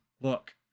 look